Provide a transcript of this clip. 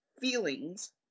feelings